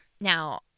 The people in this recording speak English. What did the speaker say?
Now